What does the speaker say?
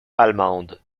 allemande